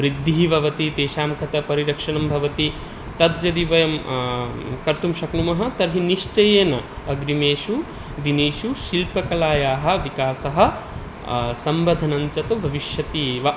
वृद्धिः भवति तेषां कृते परिरक्षणं भवति तत् यदि वयं कर्तुं शक्नुमः तर्हि निश्चयेन अग्रिमेषु दिनेषु शिल्पकलायाः विकासः संवर्धनञ्च तु भविष्यति एव